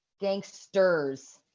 Gangsters